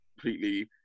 completely